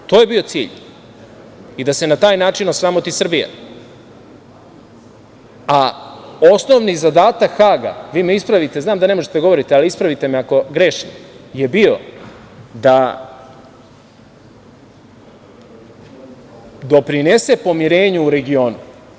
To je bio cilj i da se na taj način osramoti Srbija, a osnovni zadatak Haga, vi me ispravite, znam da ne možete da govorite, ali ispravite me ako grešim, je bio da doprinese pomirenju u regionu.